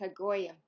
Hagoyim